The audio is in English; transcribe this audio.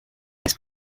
his